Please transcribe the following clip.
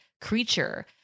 creature